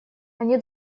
они